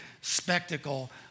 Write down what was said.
spectacle